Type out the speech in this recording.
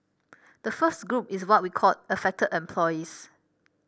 the first group is what we called affected employees